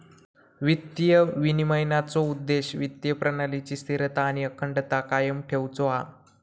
वित्तीय विनिमयनाचो उद्देश्य वित्तीय प्रणालीची स्थिरता आणि अखंडता कायम ठेउचो हा